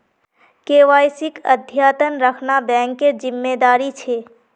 केवाईसीक अद्यतन रखना बैंकेर जिम्मेदारी छे